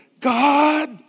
God